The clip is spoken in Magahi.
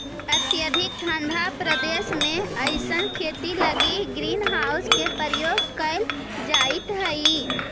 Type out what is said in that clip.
अत्यधिक ठंडा प्रदेश में अइसन खेती लगी ग्रीन हाउस के प्रयोग कैल जाइत हइ